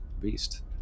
beast